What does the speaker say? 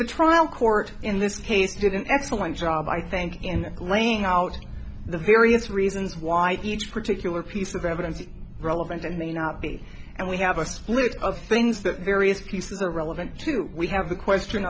the trial court in this case did an excellent job i think in laying out the various reasons why each particular piece of evidence is relevant and may not be and we have a split of things the various pieces are relevant to we have the question